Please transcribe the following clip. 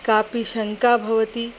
कापि शङ्का भवति